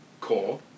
core